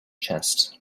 chest